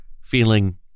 feeling